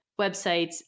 websites